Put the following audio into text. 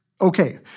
okay